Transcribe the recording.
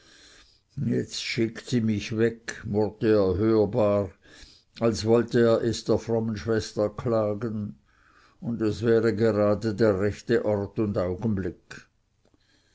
jetzt schickt sie mich weg murrte er hörbar als wollte er es der frommen schwester klagen und es wäre gerade der rechte ort und augenblick